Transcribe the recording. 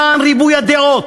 למען ריבוי הדעות,